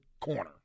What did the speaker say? corner